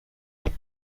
yari